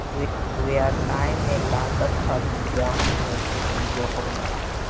व्यवसाय में लागत अधिग्रहण में से एगो होला